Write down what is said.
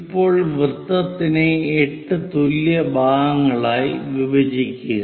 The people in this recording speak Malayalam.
ഇപ്പോൾ വൃത്തത്തിനെ 8 തുല്യ ഭാഗങ്ങളായി വിഭജിക്കുക